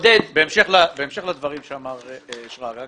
בהמשך לדברים שאמר שרגא.